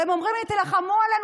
והם אומרים לי: תילחמו עלינו,